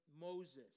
Moses